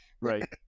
Right